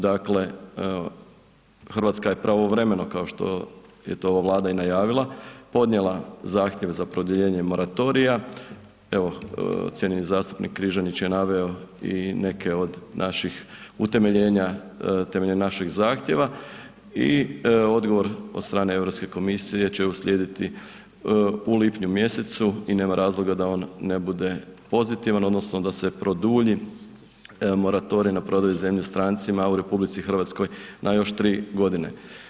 Dakle, Hrvatska je pravovremeno, kao što je to Vlada i najavila, podnijela zahtjev za produljenje moratorija, evo, cijenjeni zastupnik Križanić je naveo i neke od naših utemeljenja temeljem našeg zahtjeva i odgovor od strane EU komisije će uslijediti u lipnju mjesecu i nema razloga da on ne bude pozitivan odnosno da se produlji moratorij na prodaju zemlje stancima u RH na još 3 godine.